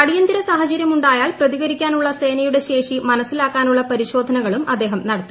അടിയന്തര സാഹചര്യമുണ്ടായാൽ പ്രതികരിക്കാനുള്ള സേനയുടെ ശേഷി മനസിലാക്കാനുള്ള പരിശോധനകളും അദ്ദേഹം നടത്തി